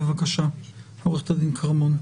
בבקשה, עו"ד כרמון.